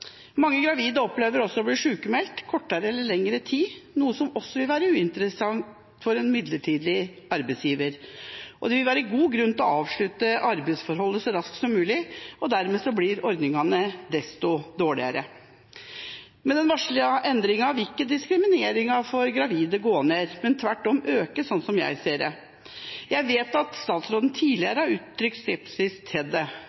Mange gravide opplever å bli sykmeldt kortere eller lengre tid, noe som også vil være uinteressant for en midlertidig arbeidsgiver, og det vil være god grunn til å avslutte arbeidsforholdet så raskt som mulig. Dermed blir ordningene desto dårligere. Med den varslede endringen vil ikke diskrimineringen av gravide gå ned, men tvert om øke, slik jeg ser det. Jeg vet at statsråden tidligere har uttrykt skepsis til